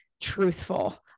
truthful